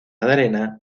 arena